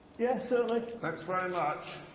yeah, certainly. thanks very much.